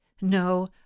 no